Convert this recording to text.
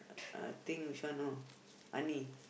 uh I think this one no